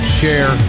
share